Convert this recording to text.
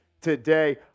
today